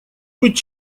быть